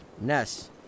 Ness